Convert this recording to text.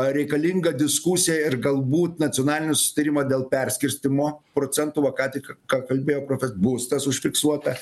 ar reikalinga diskusija ir galbūt nacionalinį susitarimą dėl perskirstymo procentų va ka tik ką kalbėjo prof bus tas užfiksuota